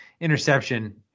interception